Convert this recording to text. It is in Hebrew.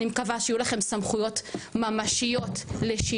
אני מקווה שיהיו לכם סמכויות ממשיות לשינוי.